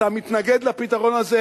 אתה מתנגד לפתרון הזה.